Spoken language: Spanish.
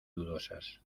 dudosas